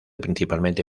principalmente